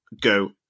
go